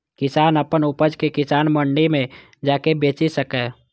किसान अपन उपज कें किसान मंडी मे जाके बेचि सकैए